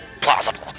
plausible